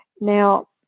Now